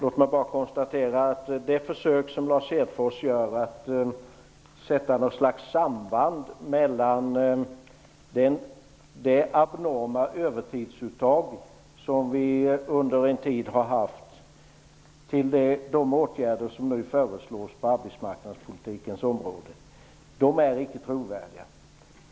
Låt mig bara konstatera att Lars Hedfors försök att hitta något slags samband mellan det abnorma övertidsuttag som vi under en tid har haft och de åtgärder som nu föreslås på arbetsmarknadspolitikens område icke är trovärdigt.